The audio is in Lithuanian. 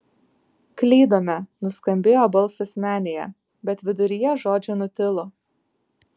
klydome nuskambėjo balsas menėje bet viduryje žodžio nutilo